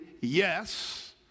yes